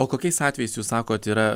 o kokiais atvejais jūs sakot yra